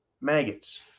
Maggots